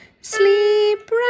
Sleep